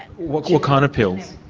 what what kind of pills?